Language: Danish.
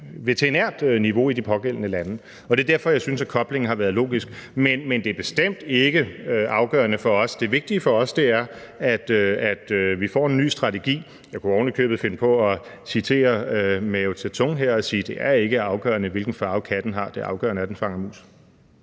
veterinært niveau i det pågældende land. Det er derfor, jeg syntes, at koblingen har været logisk. Men det er bestemt ikke afgørende for os. Det vigtige for os er, at vi får en ny strategi. Jeg kunne ovenikøbet finde på at citere Mao Zedong og sige, at det ikke er afgørende, hvilken farve katten har – det afgørende er, at den fanger mus.